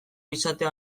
izatea